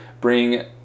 bring